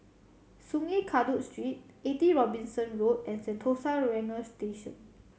Sungei Kadut Street Eighty Robinson Road and Sentosa Ranger Station